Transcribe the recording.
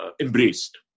embraced